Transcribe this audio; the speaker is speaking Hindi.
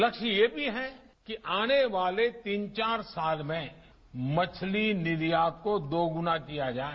लक्ष्य यह भी है कि आने वाले तीन चार साल में मछली निर्यात को दोगुना किया जाए